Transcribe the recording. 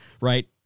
right